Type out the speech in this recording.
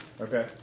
Okay